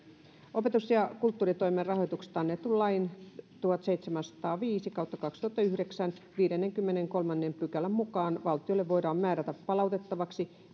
opetus ja kulttuuritoimen rahoituksesta annetun lain tuhatseitsemänsataaviisi kaksituhattayhdeksän viidennenkymmenennenkolmannen pykälän mukaan valtiolle voidaan määrätä palautettavaksi